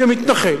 כמתנחל,